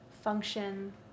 function